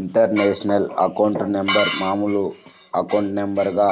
international account number మామూలు అకౌంట్ల మాదిరిగా